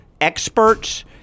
experts